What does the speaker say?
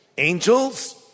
Angels